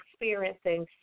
experiencing